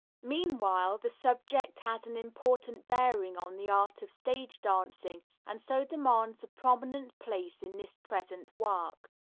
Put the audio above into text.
meanwhile, the subject has an important bearing on the art of stage dancing and so demands a prominent place in this present work.